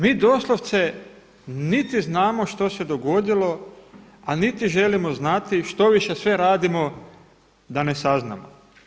Mi doslovce niti znamo što se dogodilo, a niti želimo znati, štoviše sve radimo da ne saznamo.